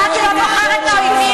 אתם הלכתם, ענת, ענת.